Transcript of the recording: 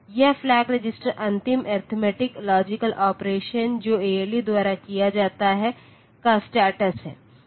यह flag register अंतिम arithmetic logic operation जो ALU द्वारा किया जाता है का स्टेटस है